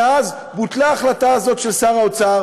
מאז בוטלה ההחלטה הזאת של שר האוצר